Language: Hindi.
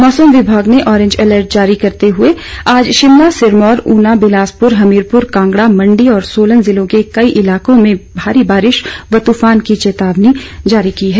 मौसम विभाग ने ऑरेंज अलर्ट जारी करते हुए आज शिमला सिरमौर ऊना बिलासपुर हमीरपुर कांगड़ा मंडी और सोलन जिलों के कई इलाकों में भारी वर्षा व तूफान की चेतावनी जारी की है